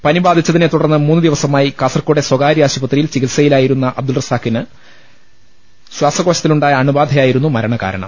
പനി ബാധിച്ചതിനെ തുടർന്ന് മൂന്നു ദിവ സ മായി കാസർക്കോട്ടെ സ്വകാര്യ ആശുപത്രിയിൽ ചികിത്സയിലായി രുന്ന അബ്ദുൾ റസാഖിന് ശ്വാസകോശത്തിലുണ്ടായ അണുബാ ധയായിരുന്നു മരണകാരണം